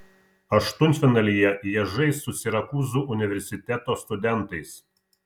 aštuntfinalyje jie žais su sirakūzų universiteto studentais